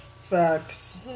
Facts